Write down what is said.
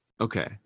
Okay